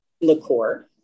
liqueur